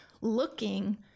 looking